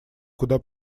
куда